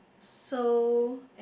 so